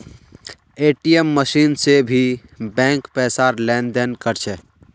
ATM machine से भी bank पैसार लेन देन कर छे